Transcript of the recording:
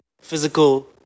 physical